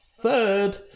Third